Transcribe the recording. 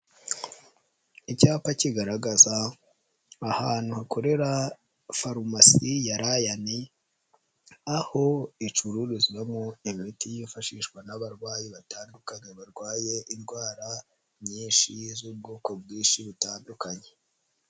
Icyapa kigaragaza ahantu hakorera farumasi ya Rayan aho icururizwamo imiti yifashishwa n'abarwayi batandukanye barwaye indwara nyinshi z'ubwoko bwinshi butandukanye.